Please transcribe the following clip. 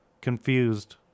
confused